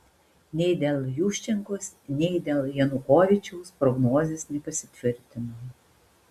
nei dėl juščenkos nei dėl janukovyčiaus prognozės nepasitvirtino